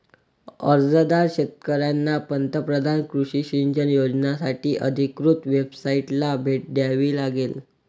अर्जदार शेतकऱ्यांना पंतप्रधान कृषी सिंचन योजनासाठी अधिकृत वेबसाइटला भेट द्यावी लागेल